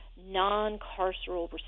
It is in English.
non-carceral